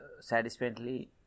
satisfactorily